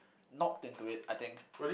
knocked into it I think